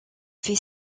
fait